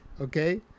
Okay